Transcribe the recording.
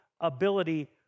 ability